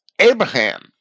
Abraham